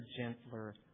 gentler